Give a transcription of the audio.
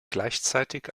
gleichzeitig